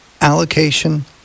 allocation